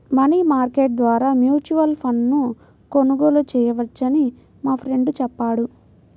money market ద్వారా mutual ఫండ్ను కొనుగోలు చేయవచ్చని మా ఫ్రెండు చెప్పాడు